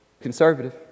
conservative